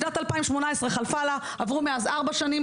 שנת 2018 חלפה לה עברו מאז ארבע שנים,